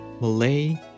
Malay